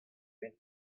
bet